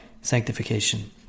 sanctification